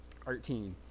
13